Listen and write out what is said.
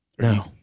No